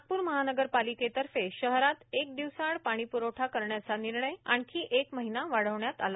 नागपूर महानगरपालिकेतर्फे शहरात एक दिवसाआड पाणीपुरवठा करण्याचा निर्णय आणखी एक महिना वाढवण्यात आला